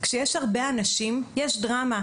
כשיש הרבה אנשים יש דרמה,